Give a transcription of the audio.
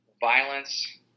violence